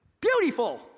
beautiful